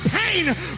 pain